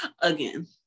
Again